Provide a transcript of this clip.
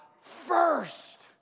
first